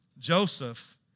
Joseph